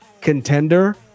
contender